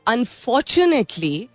Unfortunately